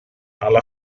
alla